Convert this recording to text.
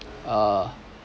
uh